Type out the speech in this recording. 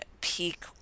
peak